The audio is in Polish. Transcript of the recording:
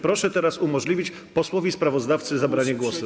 Proszę teraz umożliwić posłowi sprawozdawcy zabranie głosu.